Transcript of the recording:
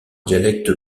dialecte